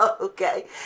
okay